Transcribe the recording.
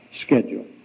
schedule